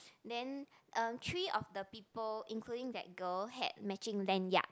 then uh three of the people including that girl had matching lanyard